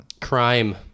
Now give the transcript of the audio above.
crime